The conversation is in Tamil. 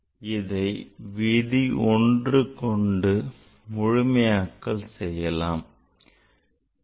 இதை விதி1 கொண்டு முழுமையாக்கல் செய்யலாம்